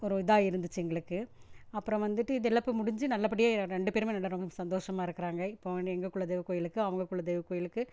ஒரு இதாக இருந்துச்சு எங்களுக்கு அப்புறம் வந்துட்டு இதெல்லாம் இப்போ முடிஞ்சு நல்லபடியாக ரெண்டு பேரும் நல்லா ரொம்ப சந்தோஷமா இருக்கிறாங்க இப்போ எங்கள் குலதெய்வ கோயிலுக்கு அவங்க குலதெய்வ கோயிலுக்கு